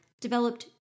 developed